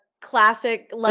classic